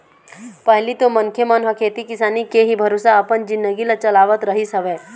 पहिली तो मनखे मन ह खेती किसानी के ही भरोसा अपन जिनगी ल चलावत रहिस हवय